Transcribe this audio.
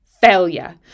failure